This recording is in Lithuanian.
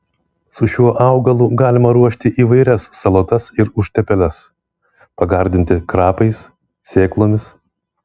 su šiuo augalu galima ruošti įvairias salotas ir užtepėles pagardinti krapais sėklomis